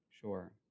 Sure